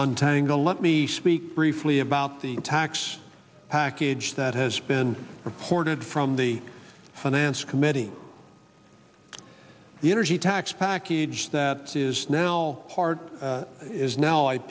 entangle let me speak briefly about the tax package that has been reported from the finance committee the energy tax package that is now part is now i